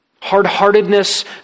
Hard-heartedness